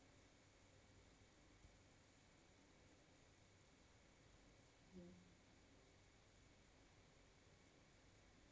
mm